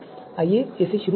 आइए इसे शुरू करते हैं